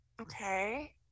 Okay